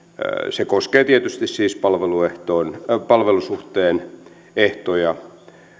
se koskee tietysti siis palvelusuhteen palvelusuhteen ehtoja